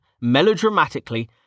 melodramatically